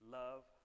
love